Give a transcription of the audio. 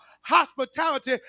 hospitality